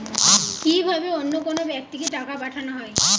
কি ভাবে অন্য কোনো ব্যাক্তিকে টাকা পাঠানো হয়?